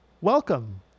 welcome